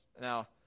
Now